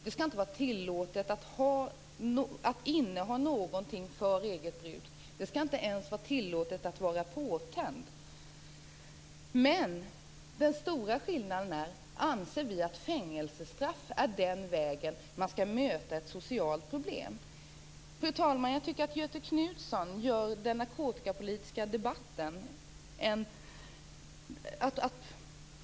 Det skall inte vara tillåtet att inneha någonting för eget bruk. Det skall inte ens vara tillåtet att vara påtänd. Men den stora skillnaden ligger i om vi anser att fängelsestraff är den väg man skall möta ett socialt problem på. Fru talman! Jag tycker att Göthe Knutson förstör den narkotikapolitiska debatten.